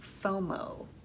FOMO